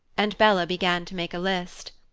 and bella began to make a list.